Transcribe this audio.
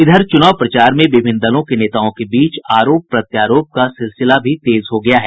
इधर चुनाव प्रचार में विभिन्न दलों के नेताओं के बीच आरोप प्रत्यारोप का सिलसिला भी तेज हो गया है